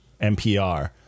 NPR